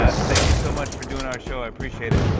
and thank you so much for doing our show. i appreciate it.